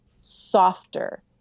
softer